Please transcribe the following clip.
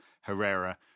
Herrera